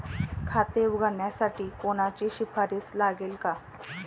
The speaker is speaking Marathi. खाते उघडण्यासाठी कोणाची शिफारस लागेल का?